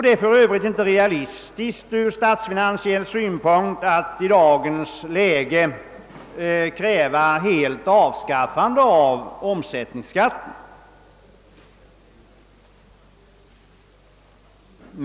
Det är för övrigt inte heller realistiskt ur statsfinansiell synpunkt att i dagens läge kräva helt avskaffande av omsättningsskatten.